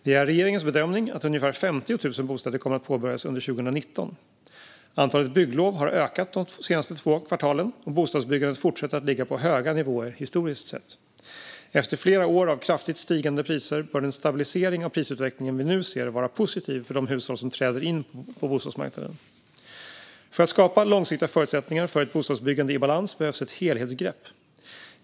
Det är regeringens bedömning att ungefär 50 000 bostäder kommer att påbörjas under 2019. Antalet bygglov har ökat de senaste två kvartalen, och bostadsbyggandet fortsätter att ligga på höga nivåer historiskt sett. Efter flera år av kraftigt stigande priser bör den stabilisering av prisutvecklingen vi nu ser vara positiv för de hushåll som träder in på bostadsmarknaden. För att skapa långsiktiga förutsättningar för ett bostadsbyggande i balans behövs ett helhetsgrepp.